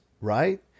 right